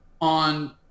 on